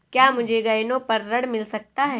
क्या मुझे गहनों पर ऋण मिल सकता है?